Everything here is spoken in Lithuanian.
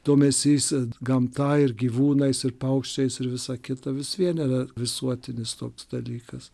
dėmesys gamta ir gyvūnais ir paukščiais ir visa kita vis vien yra visuotinis toks dalykas